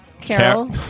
carol